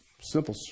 Simple